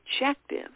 objective